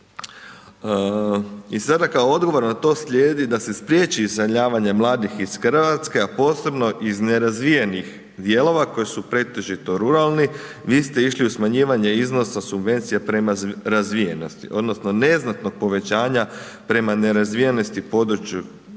I sada kao odgovor na to slijedi da se spriječi iseljavanje mladih iz Hrvatske, a posebno iz nerazvijenih dijelova koji su pretežito ruralni vi ste išli u smanjivanje iznosa subvencija prema razvijenosti odnosno neznatnog povećanja prema nerazvijenosti području